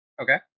Okay